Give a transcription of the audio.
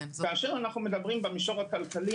כאשר אנחנו מדברים במשור הכלכלי,